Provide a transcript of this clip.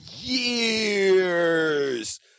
years